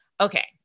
Okay